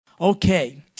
Okay